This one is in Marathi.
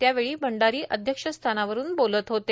त्यावेळी भंडारी अध्यक्षस्थानावरुन बोलत होते